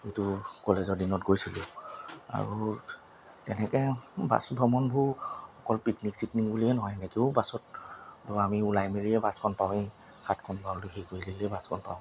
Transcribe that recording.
যিটো কলেজৰ দিনত গৈছিলোঁ আৰু তেনেকৈ বাছ ভ্ৰমণবোৰ অকল পিকনিক চিকনিক বুলিয়ে নহয় সেনেকৈয়ো বাছত আমি ওলাই মেলিয়ে বাছখন পাওঁৱেই হাতখন বাউলি হেৰি কৰি দিলেই বাছখন পাওঁ